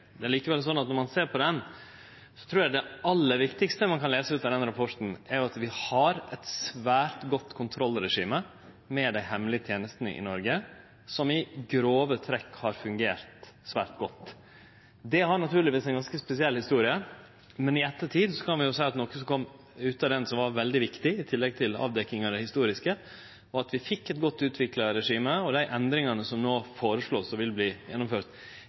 Det er likevel slik at når ein ser på rapporten, trur eg det aller viktigaste ein kan lese ut av han, er at vi har eit svært godt kontrollregime med dei hemmelege tenestene i Noreg, som i grove trekk har fungert svært godt. Det har naturlegvis ei ganske spesiell historie, men i ettertid kan vi seie at det viktige som kom ut av han – i tillegg til avdekking av det historiske – var at vi fekk eit godt utvikla regime. Og dei endringane som no vert føreslåtte, og som vil